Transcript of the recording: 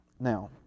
Now